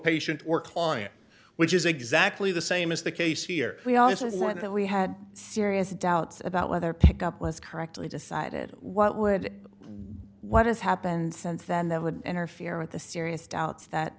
client which is exactly the same as the case here we always want that we had serious doubts about whether pick up with correctly decided what would what has happened since then that would interfere with the serious doubts that